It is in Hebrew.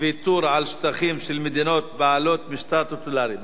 ויתור על שטחים עם מדינות בעלות משטר טוטליטרי.